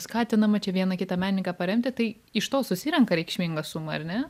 skatinama čia vieną kitą menininką paremti tai iš to susirenka reikšminga suma ar ne